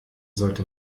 sollte